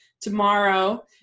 tomorrow